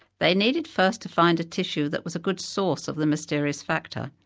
they needed first find a tissue that was a good source of the mysterious factor.